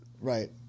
right